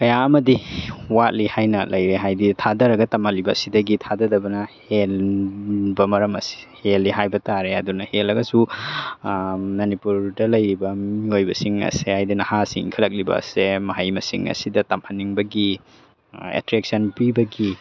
ꯀꯌꯥ ꯑꯃꯗꯤ ꯋꯥꯠꯂꯤ ꯍꯥꯏꯅ ꯂꯩꯔꯦ ꯍꯥꯏꯕꯗꯤ ꯊꯥꯗꯔꯒ ꯇꯝꯍꯜꯂꯤꯕ ꯁꯤꯗꯒꯤ ꯊꯥꯗꯗꯕꯅ ꯍꯦꯟꯕ ꯃꯔꯝ ꯍꯦꯜꯂꯤ ꯍꯥꯏꯕ ꯇꯥꯔꯦ ꯑꯗꯨꯅ ꯍꯦꯜꯂꯒꯁꯨ ꯃꯅꯤꯄꯨꯔꯗ ꯂꯩꯔꯤꯕ ꯃꯤꯑꯣꯏꯕꯁꯤꯡ ꯑꯁꯦ ꯍꯥꯏꯗꯤ ꯅꯍꯥꯁꯤꯡ ꯏꯟꯈꯠꯂꯛꯂꯤꯕꯁꯦ ꯃꯍꯩ ꯃꯁꯤꯡ ꯑꯁꯤꯗ ꯇꯝꯍꯟꯅꯤꯡꯕꯒꯤ ꯑꯦꯇ꯭ꯔꯦꯛꯁꯟ ꯄꯤꯕꯒꯤ